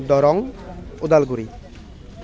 Darrang Udalguri